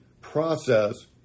process